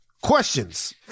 Questions